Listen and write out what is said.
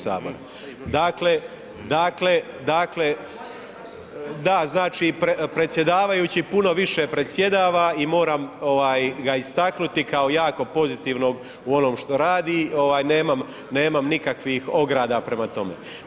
Dakle, dakle, dakle, da znači predsjedavajući puno više predsjedava i moram ga istaknuti kao jako pozitivnog u onom što radi, nemam, nemam nikakvih ograda prema tome.